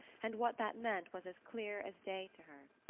and what that meant was as clear as day to her.